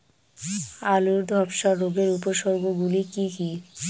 আলুর ধ্বসা রোগের উপসর্গগুলি কি কি?